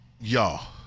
Y'all